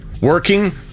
working